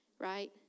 right